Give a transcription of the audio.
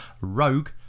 Rogue